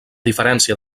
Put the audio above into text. diferència